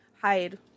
hide